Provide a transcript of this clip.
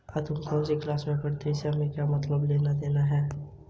भारत में एग्रोफिजिक्स की पढ़ाई कहाँ पर होती है?